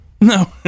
No